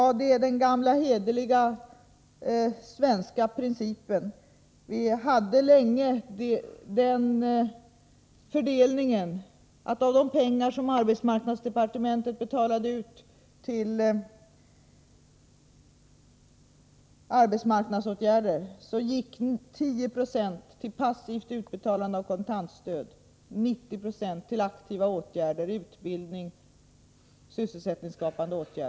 Det är den gamla hederliga svenska principen. Vi hade länge den fördelningen att 10 90 av de pengar som arbetsmarknadsdepartementet betalade ut till arbetsmarknadsåtgärder gick till passivt utbetalande av kontantstöd medan 90960 gick till aktiva åtgärder, utbildning och sysselsättningsskapande insatser.